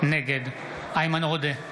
נגד איימן עודה,